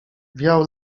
wiał